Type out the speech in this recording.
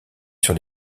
sur